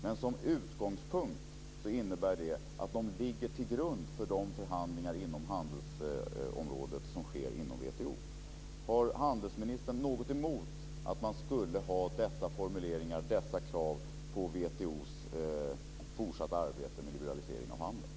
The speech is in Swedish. Men som utgångspunkt innebär det att de ligger till grund för de förhandlingar inom handelsområdet som sker inom WTO. Har handelsministern något emot att man har dessa formuleringar, dessa krav, på WTO:s fortsatta arbete med liberaliseringen av handeln?